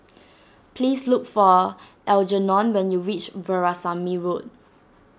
please look for Algernon when you reach Veerasamy Road